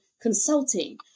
consulting